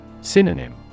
Synonym